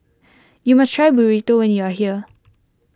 you must try Burrito when you are here